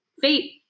fate